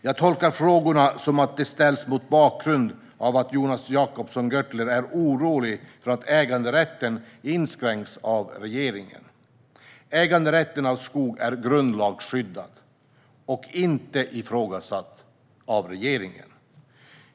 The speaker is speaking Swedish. Jag tolkar frågorna som att de ställs mot bakgrund av att Jonas Jacobsson Gjörtler är orolig för att äganderätten inskränks av regeringen. Äganderätten av skog är grundlagsskyddad och inte ifrågasatt av regeringen.